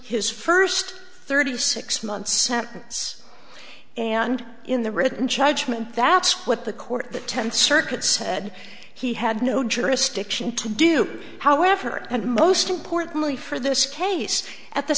his first thirty six months sentence and in the written judgment that's what the court the tenth circuit said he had no jurisdiction to do however and most importantly for this case at the